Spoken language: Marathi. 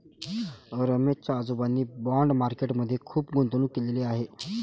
रमेश च्या आजोबांनी बाँड मार्केट मध्ये खुप गुंतवणूक केलेले आहे